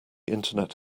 internet